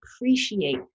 appreciate